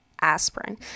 aspirin